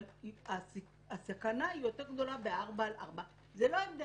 אבל הסכנה יותר גדולה בארבע שנים וארבע שנים.